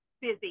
busy